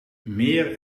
meer